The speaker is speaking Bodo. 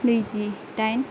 नैजिदाइन